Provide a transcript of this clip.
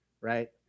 right